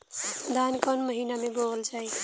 धान कवन महिना में बोवल जाई?